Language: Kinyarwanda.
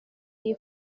iyo